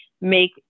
make